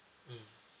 mmhmm